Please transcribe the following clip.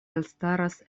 elstaras